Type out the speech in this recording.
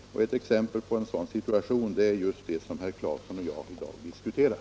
Ett exempel på en sådan situation är just den utryckningsverksamhet som herr Claeson och jag i dag diskuterar.